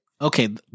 Okay